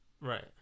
Right